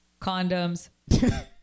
Condoms